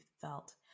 felt